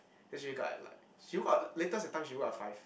then she wake up at like she wake up latest that time she woke up at five